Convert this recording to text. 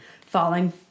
falling